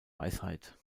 weisheit